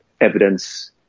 evidence